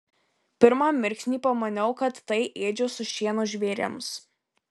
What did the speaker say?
pirmą mirksnį pamaniau kad tai ėdžios su šienu žvėrims